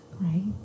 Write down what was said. right